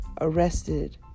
arrested